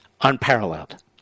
Unparalleled